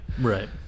right